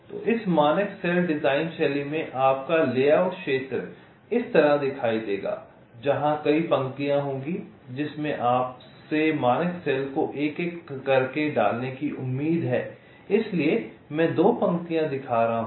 तो इस मानक सेल डिजाइन शैली में आपका लेआउट क्षेत्र इस तरह दिखाई देगा जहां कई पंक्तियाँ होंगी जिसमें आपसे मानक सेल को एक एक करके डालने की उम्मीद है इसलिए मैं दो पंक्तियाँ दिखा रहा हूँ